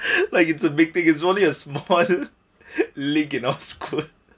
like it's a big pig it's only a small league game of school